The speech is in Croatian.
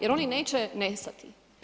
Jer oni neće nestati.